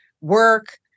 work